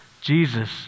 Jesus